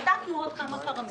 ביושר: בדקנו עוד כמה פרמטרים,